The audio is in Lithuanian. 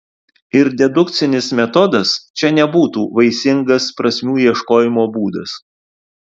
ir dedukcinis metodas čia nebūtų vaisingas prasmių ieškojimo būdas